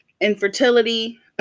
infertility